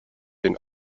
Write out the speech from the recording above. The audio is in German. den